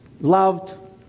loved